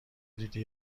دیدی